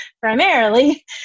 primarily